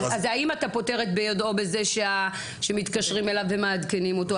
האם אתה פוטר את "ביודעו" בזה שמתקשרים אליו ומעדכנים אותו?